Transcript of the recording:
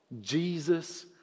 Jesus